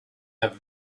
have